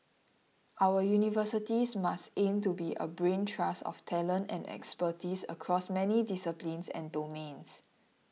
our universities must aim to be a brain trust of talent and expertise across many disciplines and domains